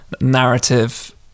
narrative